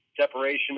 separation